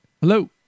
Hello